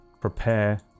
prepare